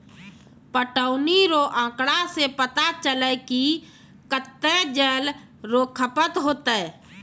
पटौनी रो आँकड़ा से पता चलै कि कत्तै जल रो खपत होतै